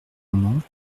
moment